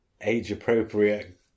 age-appropriate